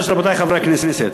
רבותי חברי הכנסת,